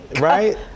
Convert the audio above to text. Right